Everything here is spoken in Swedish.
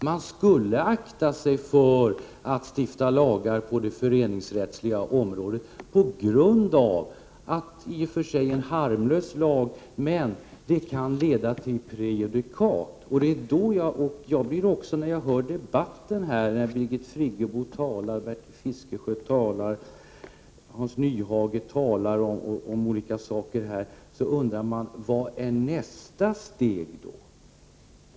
Man skulle akta sig för att stifta lagar på det föreningsrättsliga området på grund av att en i och för sig harmlös lag kan skapa prejudikat. Och när jag hör debatten här, när Birgit Friggebo, Bertil Fiskesjö och Hans Nyhage talar om olika saker, undrar jag: Vad är nästa steg?